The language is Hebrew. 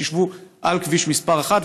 שישבו על כביש מס' 1,